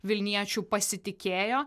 vilniečių pasitikėjo